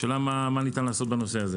השאלה מה ניתן לעשות בנושא.